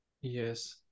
yes